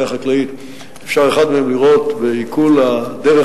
שהביא להישגים ניכרים ביותר.